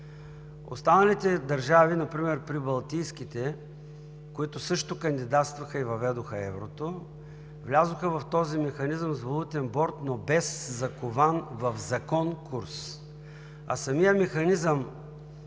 Останалите държави, например прибалтийските, които също кандидатстваха и въведоха еврото, влязоха в този механизъм с валутен борд, но без закован в закон курс. Самият механизъм